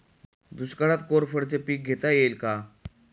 दुष्काळात कोरफडचे पीक घेता येईल का?